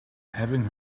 having